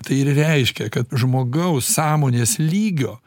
tai ir reiškia kad žmogaus sąmonės lygio